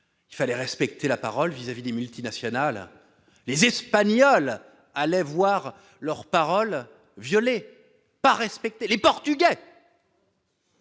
il fallait respecter la parole vis-à-vis des multinationales, les espagnols allaient voir leurs paroles. Je l'ai pas respecté les Portugais.